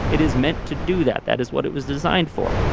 it is meant to do that that is what it was designed for.